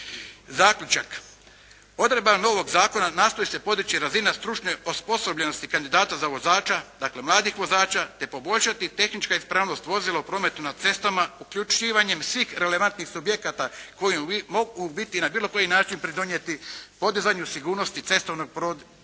Zaključak. Odredbama novog zakona nastoji se podići razina stručne osposobljenosti kandidata za vozača dakle mladih vozača te poboljšati tehnička ispravnost vozila u prometu na cestama uključivanjem svih relevantnih subjekata koji mogu u biti na bilo koji način pridonijeti podizanju sigurnosti cestovnog prometa,